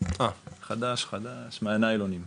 חדש-חדש מהניילונים.